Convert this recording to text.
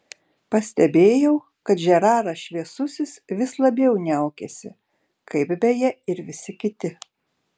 pastebėjau kad žeraras šviesusis vis labiau niaukiasi kaip beje ir visi kiti